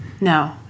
No